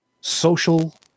social